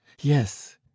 yes